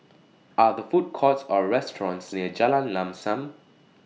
Are The Food Courts Or restaurants near Jalan Lam SAM